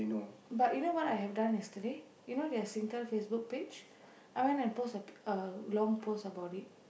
but you know what I've done yesterday you know their Singtel Facebook page I went and post a long post about it